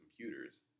computers